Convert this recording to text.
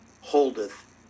holdeth